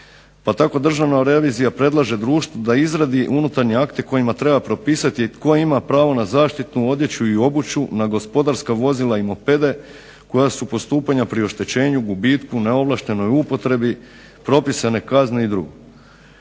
pa tako Državna revizija predlaže društvu da izradi unutarnje akte kojima treba propisati tko ima pravo na zaštitnu odjeću i obuću na gospodarska vozila i mopede koja su postupanja pri oštećenju gubitku neovlaštenoj upotrebi propisane kazne i dr.